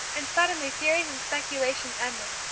and suddenly theories and speculation ended,